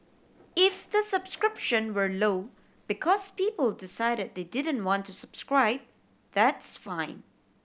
if the subscription were low because people decided they didn't want to subscribe that's fine